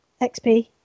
XP